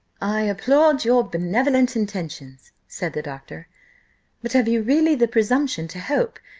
i applaud your benevolent intentions, said the doctor but have you really the presumption to hope,